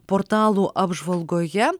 portalų apžvalgoje